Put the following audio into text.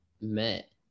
met